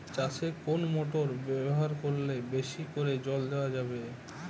চাষে কোন মোটর ব্যবহার করলে বেশী করে জল দেওয়া যাবে?